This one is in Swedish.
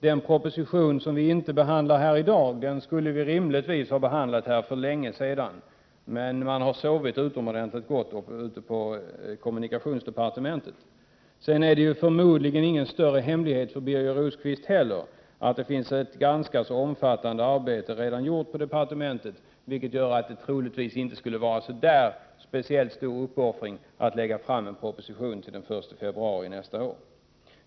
Den proposition som vi inte heller här i dag kan behandla skulle vi rimligtvis ha behandlat för länge sedan. Men man har sovit utomordentligt gott på kommunikationsdepartementet. Det är förmodligen inte heller för Birger Rosqvist någon större hemlighet att det redan har gjorts ett ganska omfattande arbete på departementet, vilket gör att det troligtvis inte är fråga om en särskilt stor uppoffring att lägga fram en proposition till den 1 februari nästa år.